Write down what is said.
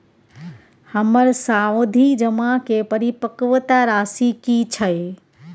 हमर सावधि जमा के परिपक्वता राशि की छै?